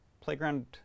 Playground